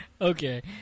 Okay